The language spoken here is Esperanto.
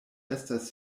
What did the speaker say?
estas